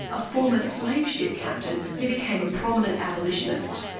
a former slave ship captain who became a prominent abolitionist.